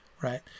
right